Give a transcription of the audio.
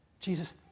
Jesus